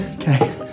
Okay